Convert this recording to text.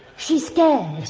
she's scared.